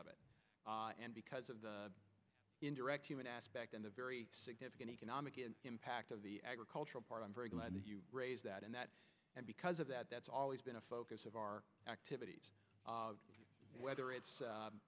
of it and because of the indirect human aspect and the very significant economic impact of the agricultural part i'm very glad that you raised that and that and because of that that's always been a focus of our activities whether